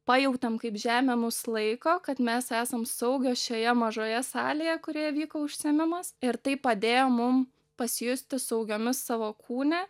pajautėm kaip žemė mus laiko kad mes esam saugios šioje mažoje salėje kurioje vyko užsiėmimas ir tai padėjo mum pasijusti saugiomis savo kūne